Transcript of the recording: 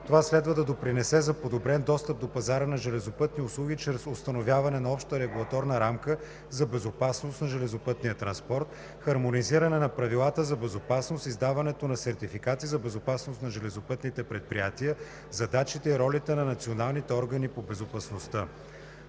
Това следва да допринесе за подобрен достъп до пазара на железопътни услуги чрез установяване на обща регулаторна рамка за безопасност на железопътния транспорт, хармонизиране на правилата за безопасност, издаването на сертификати за безопасност на железопътните предприятия, задачите и ролите на националните органи по безопасността.